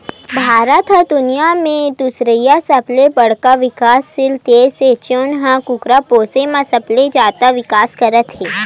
भारत ह दुनिया म दुसरइया सबले बड़का बिकाससील देस हे जउन ह कुकरा पोसे म सबले जादा बिकास करत हे